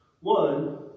One